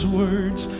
words